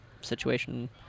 situation